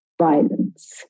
violence